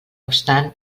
obstant